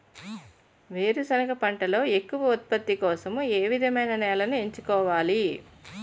వేరుసెనగ పంటలో ఎక్కువ ఉత్పత్తి కోసం ఏ విధమైన నేలను ఎంచుకోవాలి?